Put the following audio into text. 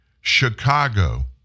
Chicago